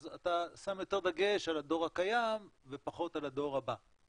אז אתה שם יותר דגש על הדור הקיים ופחות על הדור הבא.